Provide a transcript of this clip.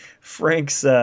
Frank's